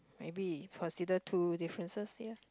maybe consider two differences ya